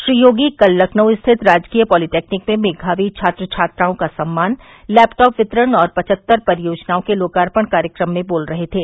श्री योगी कल लखनऊ स्थित राजकीय पॉलीटेक्निक में मेधायी छात्र छात्राओं का सम्मान लैपटॉप वितरण और पचहत्तर परियोजनाओं के लोकार्पण कार्यक्रम में बोल रहे थे